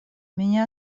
меня